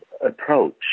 approach